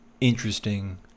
interesting